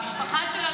המשפחה שלה,